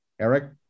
Eric